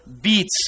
beats